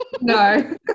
No